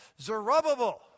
Zerubbabel